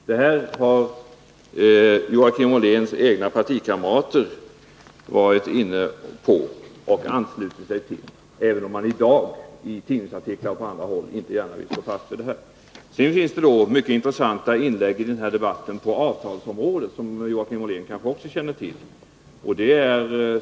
Det har alltså Joakim Olléns egna partikamrater varit inne på och anslutit sig till, även om man i dag i tidningsartiklar och på andra håll inte gärna vill stå fast vid detta. Sedan har det förekommit mycket intressanta inlägg i den här debatten på avtalsområdet, något som Joakim Ollén kanske också känner till.